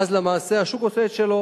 ואז למעשה השוק עושה את שלו.